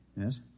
Yes